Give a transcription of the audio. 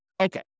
Okay